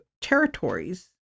territories